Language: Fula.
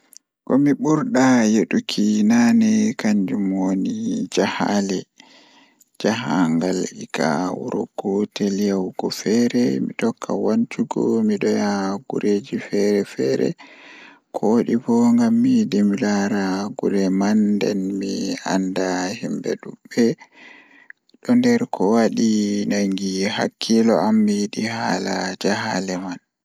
Komi ɓurɗaa yiɗuki naane kannjum woni Hobby am ko waɗi to ñaawo, sabu mi yiɗi wonde e yimɓe kadi waɗde jaangol. Mi ngoni fiɗɗinde sabu mi yidi ngal kadi mi njogii e hoore kadi nafaade e goɗɗum. Miɗo yeddi ɗum sabu o waɗi yiɗi ndiyam, miɗo waawi sotti e ɗum